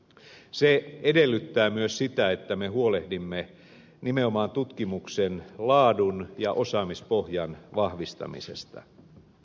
se edellyttää myös sitä että me huolehdimme nimenomaan tutkimuksen laadun ja osaamispohjan vahvistamisesta